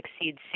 exceeds